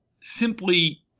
simply